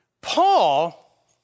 Paul